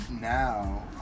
now